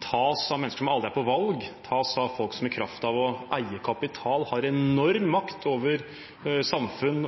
tas av mennesker som aldri er på valg – tas av folk som i kraft av å eie kapital har enorm makt over samfunn,